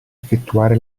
effettuare